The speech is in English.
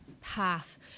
path